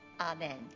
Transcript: Amen